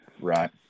Right